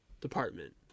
department